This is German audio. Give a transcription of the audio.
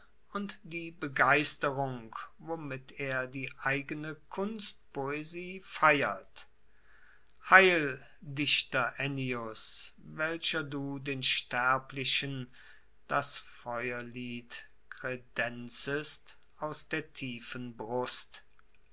und die begeisterung womit er die eigene kunstpoesie feiert heil dichter ennius welcher du den sterblichen das feuerlied kredenzest aus der tiefen brust